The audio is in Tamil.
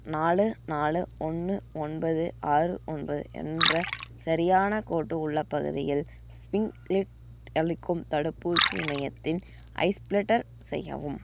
நாலு நாலு ஒன்று ஒன்பது ஆறு ஒன்பது என்ற சரியான கோடு உள்ள பகுதியில் ஸ்புங்லிட் அளிக்கும் தடுப்பூசி மையத்தை ஸ்பில்டர் செய்யவும்